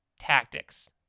tactics